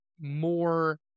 more